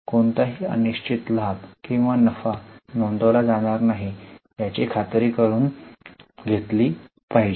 कोणताही अनिश्चित लाभ किंवा नफा नोंदवला जाणार नाही याची खात्री करून घेतली पाहिजे